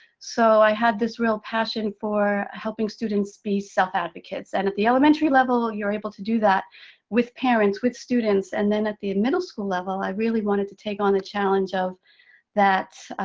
so i had this real passion for helping students be self-advocates. and at the elementary level, you're able to do that with parents, with students, and then at the middle school level, i really wanted to take on the challenge of that,